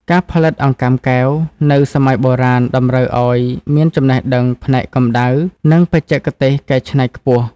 ការផលិតអង្កាំកែវនៅសម័យបុរាណតម្រូវឱ្យមានចំណេះដឹងផ្នែកកំដៅ និងបច្ចេកទេសកែច្នៃខ្ពស់។